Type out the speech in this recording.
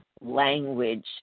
language